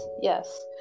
yes